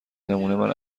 نمونهمن